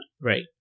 Right